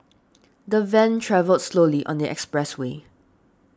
the van travelled slowly on the expressway